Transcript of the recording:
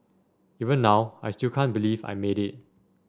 even now I still can't believe I made it